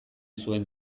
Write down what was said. zuen